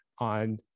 on